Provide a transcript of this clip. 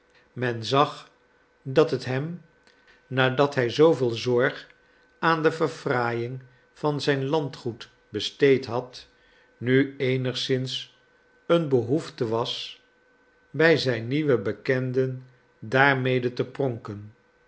men zag dat het hem nadat hij zooveel zorg aan de verfraaiing van zijn landgoed besteed had nu eenigszins een behoefte was bij zijn nieuwe bekenden daarmede te pronken